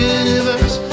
universe